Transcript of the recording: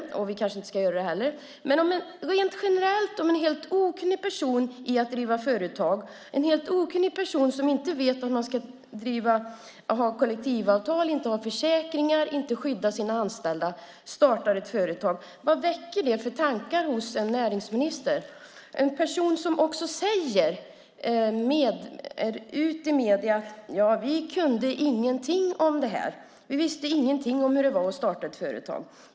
Vi kanske inte ska göra det heller. Men rent generellt: Om en person som är helt okunnig i att driva företag, som inte vet att man ska ha kollektivavtal och försäkringar och inte vet att man ska skydda sina anställda startar ett företag, vad väcker det för tankar hos en näringsminister? Det kan vara en person som också säger till medierna: Ja, vi kunde ingenting om det här. Vi visste ingenting om hur det var att starta ett företag.